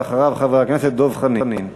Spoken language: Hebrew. אחריו, חבר הכנסת דב חנין.